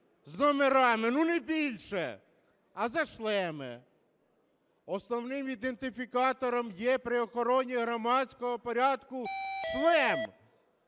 з номерами, але не більше. А за шлеми? Основаним ідентифікатором є при охороні громадського порядку шлем,